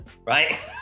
Right